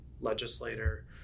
legislator